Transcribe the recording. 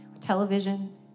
television